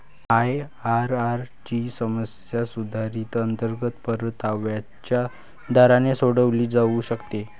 IRR ची समस्या सुधारित अंतर्गत परताव्याच्या दराने सोडवली जाऊ शकते